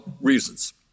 reasons